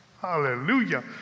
Hallelujah